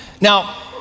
Now